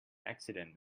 accident